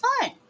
fun